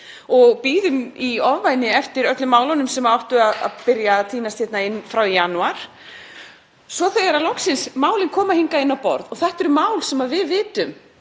og bíðum í ofvæni eftir öllum málunum sem áttu að byrja að tínast hérna inn frá janúar. Svo þegar málin koma loksins hingað inn á borð — og þetta eru mál sem við vitum